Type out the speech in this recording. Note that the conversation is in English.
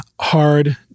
hard